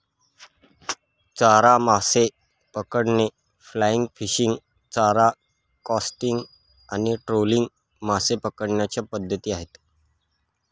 चारा मासे पकडणे, फ्लाय फिशिंग, चारा कास्टिंग आणि ट्रोलिंग मासे पकडण्याच्या पद्धती आहेत